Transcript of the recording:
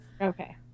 Okay